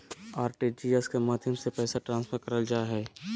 RTGS के माध्यम से पैसा ट्रांसफर करल जा हय